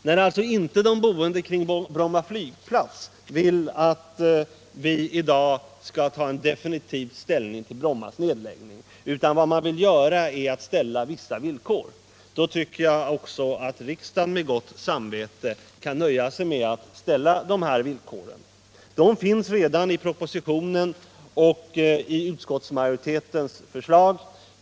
När alltså inte de boende kring Bromma flygplats vill att vi skall ta definitiv ställning till Brommas nedläggning utan vill uppställa vissa villkor kan också, tycker jag, riksdagen med gott samvete nöja sig med att ställa dessa villkor. De finns redan i propositionen och i utskottsmajoritetens förslag.